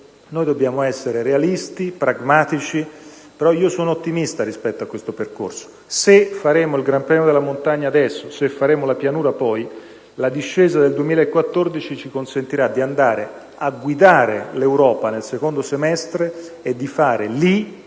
che dobbiamo essere realisti, pragmatici, ma sono ottimista rispetto a questo percorso. Se faremo il gran premio della montagna adesso, se faremo la pianura poi, la discesa del 2014 ci consentirà di andare a guidare l'Europa nel secondo trimestre e fare,